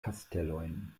kastelojn